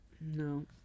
No